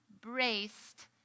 braced